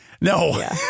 No